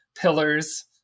pillars